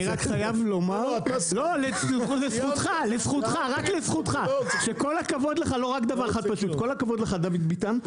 חייב לומר, לזכותך, כל הכבוד לך, דוד ביטן,